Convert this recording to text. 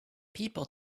people